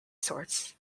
source